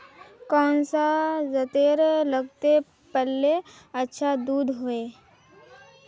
कौन सा जतेर लगते पाल्ले अच्छा दूध होवे?